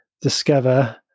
discover